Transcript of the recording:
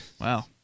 Wow